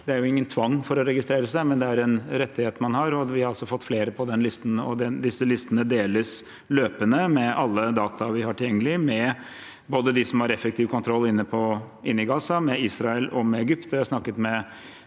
Det er ingen tvang å registrere seg, men det er en rettighet man har. Vi har altså fått flere på listen. Disse listene deles løpende, med alle data vi har tilgjengelig, både med dem som har effektiv kontroll inne i Gaza, med Israel og med Egypt.